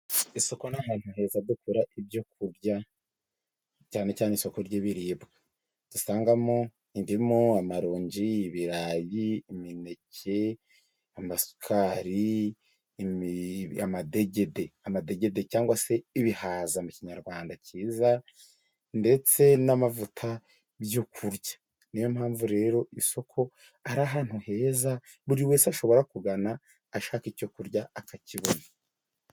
Isoko n'ahantu heza dukura ibyo kurya cyane. Isoko ry'ibiribwa dusangamo ririmo amaronji, ibirayi, imineke, amadegedi cyangwa se ibihaza mu kinyarwanda cyiza. Ndetse n'amavuta y'ibyo kurya niyo mpamvu rero isoko ari ahantu heza buri wese ashobora kugana ashaka icyo kurya akakibona.